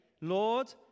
Lord